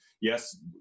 Yes